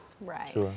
Right